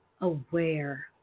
aware